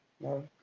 No